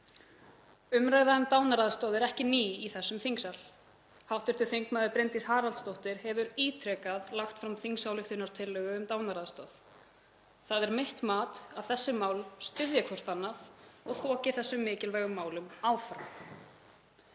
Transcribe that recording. Umræða um dánaraðstoð er ekki ný í þessum þingsal. Hv. þm. Bryndís Haraldsdóttir hefur ítrekað lagt fram þingsályktunartillögu um dánaraðstoð. Það er mitt mat að þessi mál styðji hvort annað og þoki þessum mikilvægu málum áfram.